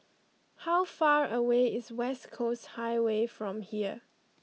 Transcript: how far away is West Coast Highway from here